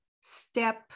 step